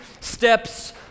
steps